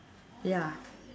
ya